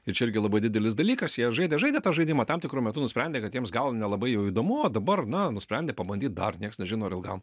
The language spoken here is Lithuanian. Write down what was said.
ir čia irgi labai didelis dalykas jie žaidė žaidė tą žaidimą tam tikru metu nusprendė kad jiems gal nelabai jau įdomu o dabar na nusprendė pabandyt dar nieks nežino ar ilgam